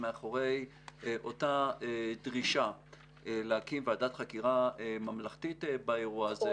מאחורי אותה דרישה להקים ועדת חקירה ממלכתית באירוע הזה.